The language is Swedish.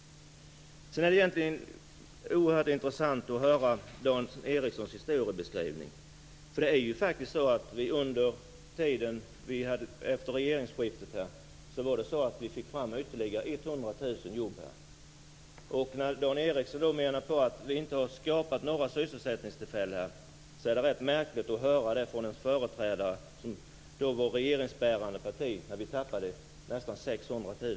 Sedan är det oerhört intressant att höra Dan Ericssons historiebeskrivning. Det är ju faktiskt så att vi efter regeringsskiftet fick fram ytterligare 100 000 jobb. Det är ganska märkligt att höra att vi inte har skapat några sysselsättningstillfällen från en företrädare från ett parti som regerade när vi tappade nästan 600 000 jobb.